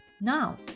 Now